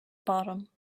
bottom